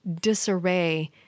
disarray